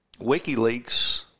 WikiLeaks